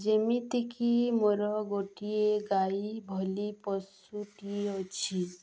ଯେମିତିକି ମୋର ଗୋଟିଏ ଗାଈ ଭଳି ପଶୁଟି ଅଛି